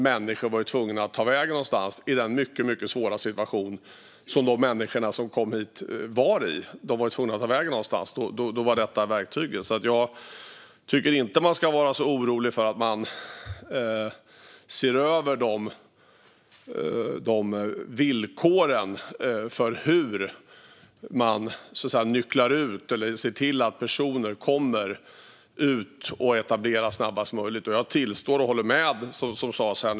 Människor var tvungna att ta vägen någonstans i den mycket svåra situation som de människor som kom hit var i. Då var detta verktyget. Jag tycker inte att man ska vara så orolig för att villkoren ses över för hur man ser till att personer kommer ut och etableras snabbast möjligt. Jag håller med det som sades här.